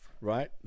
right